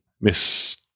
miss